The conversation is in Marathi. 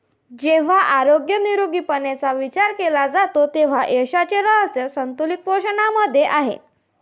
जेव्हा आरोग्य निरोगीपणाचा विचार केला जातो तेव्हा यशाचे रहस्य संतुलित पोषणामध्ये आहे